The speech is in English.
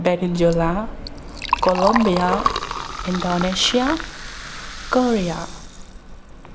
Venezuela Colombia Indonesia Korea